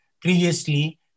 previously